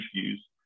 views